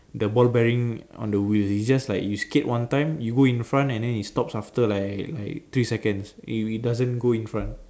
the ball bearing on the wheel it's just like you skate one time you go in front and then it stops after like like three second it doesn't go in front